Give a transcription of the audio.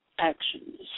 Actions